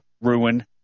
ruin